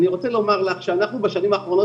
אני רוצה לומר לך שאנחנו בשנים האחרונות